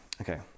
Okay